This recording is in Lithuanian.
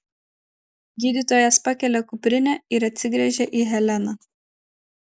gydytojas pakelia kuprinę ir atsigręžia į heleną